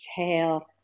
exhale